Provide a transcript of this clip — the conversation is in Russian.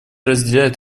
разделяет